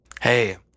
Hey